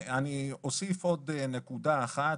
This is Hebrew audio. אני אוסיף עוד נקודה אחת,